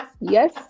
Yes